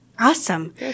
Awesome